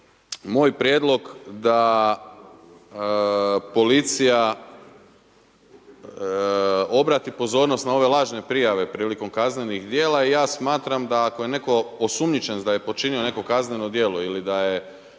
moj prijedlog da policija obrati pozornost na ove lažne prijave prilikom kaznenih djela, ja smatram da ako je netko osumnjičen da je počinio neko kazneno djelo ili da bi